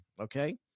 okay